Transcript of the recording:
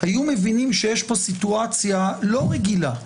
היו מבינים שיש פה סיטואציה לא רגילה,